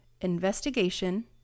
Investigation